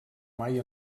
mai